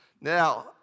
Now